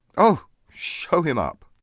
oh! show him up.